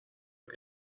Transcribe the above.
que